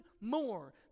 more